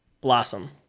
Blossom